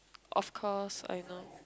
of course I know